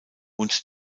und